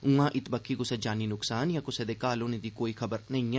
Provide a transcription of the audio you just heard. उआं इत बक्खी क्सै जानी नुक्सान या कुसै दे घायल होने दी कोई खबर नेंई ऐ